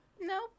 no